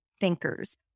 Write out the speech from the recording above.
thinkers